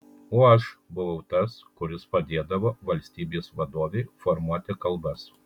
o aš buvau tas kuris padėdavo valstybės vadovei formuoti kalbas